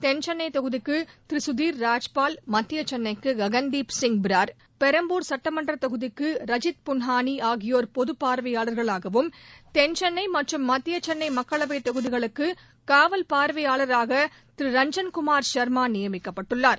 தென்சென்ன தொகுதிக்கு திரு சுதிர் ராஜ்பால் மத்திய சென்னைக்கு தி ககன்தீப் சிப் ப்ரார் பெரம்பூர் சட்டமன்ற தொகுதிக்கு ரஜித்புன்ஹானி ஆகியோர் பொதுப் பார்வையாளர்களாகவும் தென்சென்ன மற்றும் மத்திய சென்னை மக்களவைத் தொகுதிகளுக்கு காவல் பார்வையாளராக திரு ரஞ்சன்குமார் சர்மா நியமிக்கப்பட்டுள்ளார்